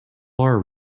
our